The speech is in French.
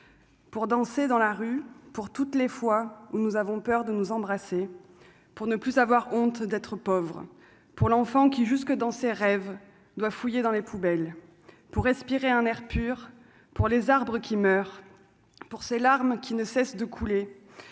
pour danser dans la rue pour toutes les fois où nous avons peur de nous embrasser pour ne plus avoir honte d'être pauvre pour l'enfant qui, jusque dans ses rêves doivent fouiller dans les poubelles pour respirer un air pur pour les arbres qui meurt pour ses larmes qui ne cesse de couler